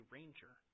Ranger